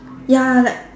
ya like